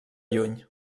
lluny